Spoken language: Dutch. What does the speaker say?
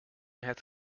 het